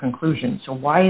conclusion so why